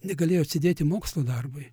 negalėjo atsidėti mokslo darbui